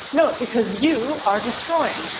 no, because you are destroying,